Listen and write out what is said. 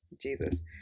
jesus